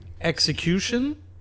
execution